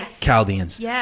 Chaldeans